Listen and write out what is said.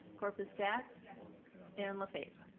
corpus dax and lefebvre?